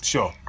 Sure